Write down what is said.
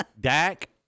Dak